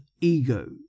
ego